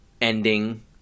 ending